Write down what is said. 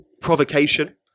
provocation